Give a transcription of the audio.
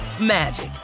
magic